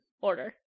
Order